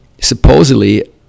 supposedly